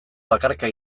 bakarka